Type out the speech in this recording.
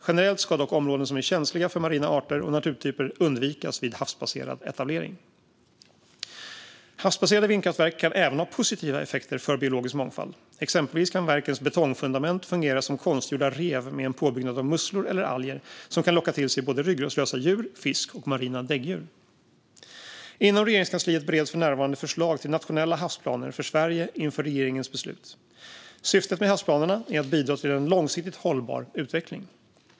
Generellt ska dock områden som är känsliga för marina arter och naturtyper undvikas vid havsbaserad etablering. Havsbaserade vindkraftverk kan även ha positiva effekter för biologisk mångfald. Exempelvis kan verkens betongfundament fungera som konstgjorda rev med en påbyggnad av musslor eller alger som kan locka till sig både ryggradslösa djur, fisk och marina däggdjur. Inom Regeringskansliet bereds för närvarande förslag till nationella havsplaner för Sverige inför regeringens beslut. Syftet med havsplanerna är att bidra till en långsiktigt hållbar utveckling.